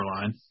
line